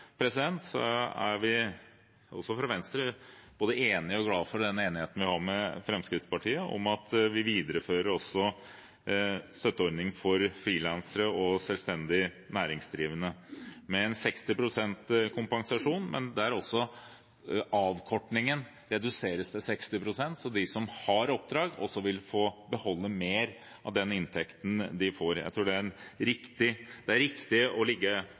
enigheten vi har med Fremskrittspartiet om at vi også viderefører støtteordningen for frilansere og selvstendig næringsdrivende med 60 pst. kompensasjon, men der avkortningen reduseres til 60 pst., slik at de som har oppdrag, vil få beholde mer av den inntekten de får. Jeg tror det er riktig å ligge på det nivået der vi er nå. Det er også viktig at vi støtter kollektivtransporten videre. Der er det 1,5 mrd. kr for å